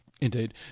Indeed